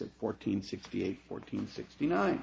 of fourteen sixty eight fourteen sixty nine